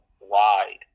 wide